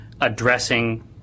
addressing